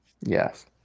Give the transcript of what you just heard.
Yes